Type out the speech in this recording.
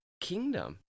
kingdom